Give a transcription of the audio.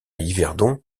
yverdon